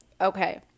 Okay